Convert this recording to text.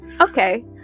Okay